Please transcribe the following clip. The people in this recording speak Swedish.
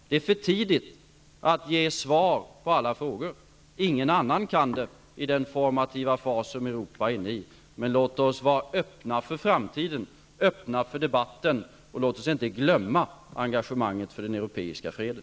Det är för tidigt att i dag ge svar på alla frågor. Ingen annan kan det i den formativa fas som Europa är inne i. Men låt oss vara öppna för framtiden, öppna för debatten, och låt oss inte glömma engagemanget för den europeiska freden.